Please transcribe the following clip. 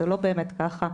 זה לא באמת ככה.